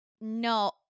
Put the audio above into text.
no